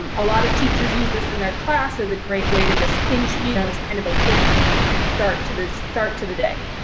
um a lot of teachers use this in their class as great way to just inch you know in, as kind of a quick start to the start to the day.